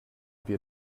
wir